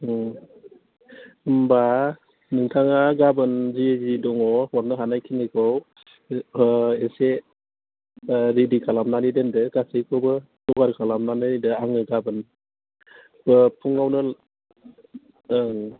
होनबा नोंथाङा गाबोन जि जि दङ हरनो हानायखिनिखौ एसे रेडि खालामनानै दोन्दो गासैखौबो जगार खालामनानै होदो आङो गाबोन फुङावनो ओं